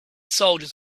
soldiers